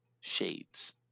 Shades